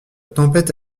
tempête